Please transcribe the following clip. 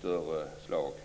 större betydelse.